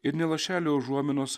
ir nė lašelio užuominos